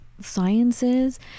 sciences